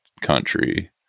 country